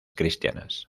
cristianas